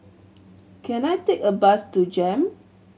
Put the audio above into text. can I take a bus to JEM